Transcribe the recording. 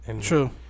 True